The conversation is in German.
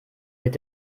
mit